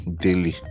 daily